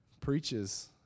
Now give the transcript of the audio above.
preaches